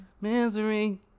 Misery